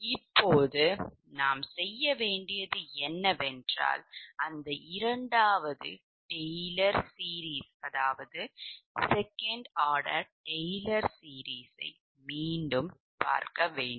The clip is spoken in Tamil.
இப்போது நாம் செய்ய வேண்டியது என்னவென்றால் அந்த 2 வது டெய்லர் தொடருக்கு மீண்டும் செல்ல வேண்டும்